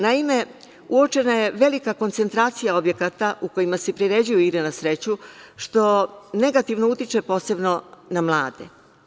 Naime, uočena je velika koncentracija objekata u kojima se priređuju igre na sreću, što negativno utiče, posebno na mlade.